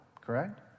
Correct